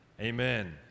amen